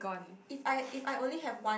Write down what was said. if I if I only have one